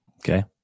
Okay